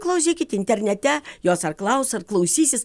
klausykit internete jos ar klaus ar klausysis